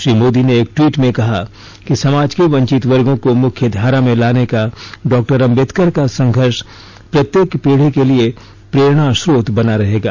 श्री मोदी ने एक ट्वीट में कहा कि समाज के वंचित वर्गों को मुख्य धारा में लाने का डॉक्टर आम्बेडकर का संघर्ष प्रत्येक पीढ़ी के लिए प्रेरणा स्रोत बना रहेगा